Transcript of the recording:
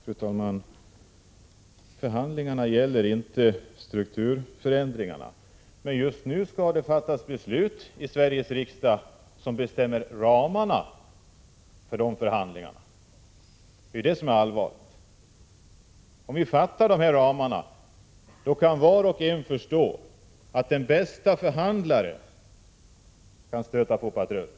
Fru talman! Förhandlingarna gäller inte strukturförändringarna, men just nu skall det fattas beslut i Sveriges riksdag om ramarna för de förhandlingarna—det är det som är allvarligt. Om riksdagen nu bestämmer ramarna förstår var och en att den bäste förhandlare kan stöta på patrull.